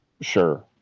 sure